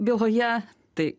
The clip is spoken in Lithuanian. byloje tai